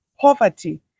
poverty